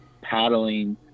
paddling